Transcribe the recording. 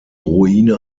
ruine